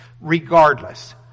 Regardless